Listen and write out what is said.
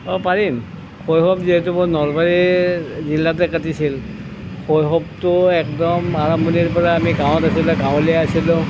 অঁ পাৰিম শৈশৱ যিহেতু মোৰ নলবাৰীৰ জিলাতেই কাটিছিল শৈশৱটো একদম আৰম্ভণীৰপৰা আমি গাঁওত আছিলোঁ গাঁওলীয়া আছিলোঁ